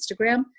Instagram